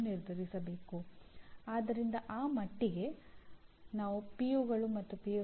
ವಿಶಾಲವಾಗಿ ಕೇವಲ ಮೂರು ಚಟುವಟಿಕೆಗಳಿವೆ